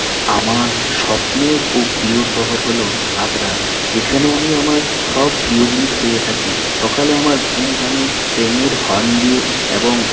আমার স্বপ্নের ও প্রিয় শহর হল আদ্রা যেখানে আমি আমার সব প্রিয় জিনিস পেয়ে থাকি সকালে আমার ঘুম ভাঙ্গে ট্রেনের হর্ন দিয়ে এবং